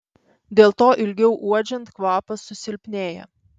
dėl to ilgiau uodžiant kvapas susilpnėja